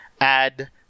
Add